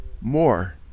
more